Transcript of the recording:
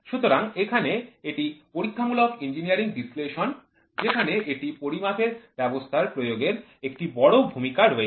সুতরাং এখানে এটি পরীক্ষামূলক ইঞ্জিনিয়ারিং বিশ্লেষণ যেখানে একটি পরিমাপের ব্যবস্থার প্রয়োগের একটি বড় ভূমিকা রয়েছে